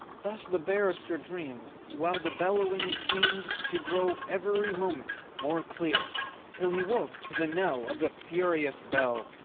thus the barrister dreamed, while the bellowing seemed to grow every moment more clear till he woke to the knell of a furious bell,